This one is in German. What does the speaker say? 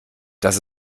dass